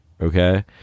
Okay